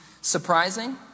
surprising